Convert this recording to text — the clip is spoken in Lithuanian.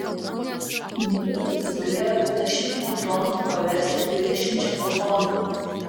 nejaugi kas galėjo dvidešimt neutronų paversti dvidešimčia protonų